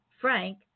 Frank